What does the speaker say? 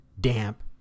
damp